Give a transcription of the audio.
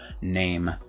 name